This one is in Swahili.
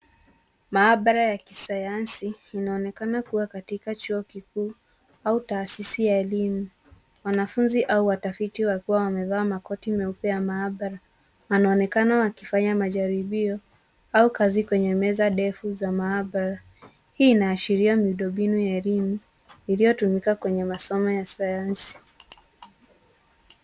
Maabara ya kisayansi inaonekana kuwa katika chuo kikuu au taasisi ya elimu. Wanafunzi au watafiti wakiwa wamevaa makoti meupe ya maabara. wanaonekana wakifanya majaribio au kazi kwenye meza ndefu za maabara. Hii inaashiria miundombinu ya elimu iliyotumika kwenye masomo ya sayansi.